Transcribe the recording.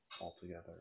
altogether